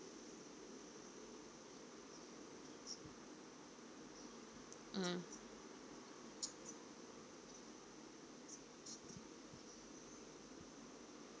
mm